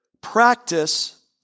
Practice